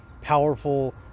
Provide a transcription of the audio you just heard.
powerful